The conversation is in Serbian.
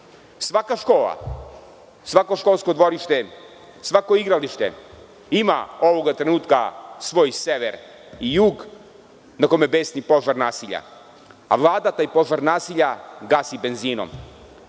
Svaka škola, svako školsko dvorište, svako igralište ima ovog trenutka svoj sever i jug na kome besni požar nasilja. Vlada taj požar nasilja gasi benzinom. Atmosfera